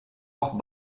auch